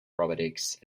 robotics